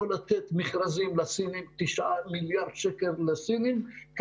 ולא לתת מכרזים לסינים של 9 מיליארד שקל כאשר